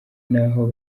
n’aho